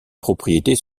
propriétés